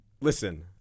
listen